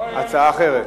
הצעה אחרת.